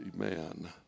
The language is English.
Amen